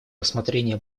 рассмотрение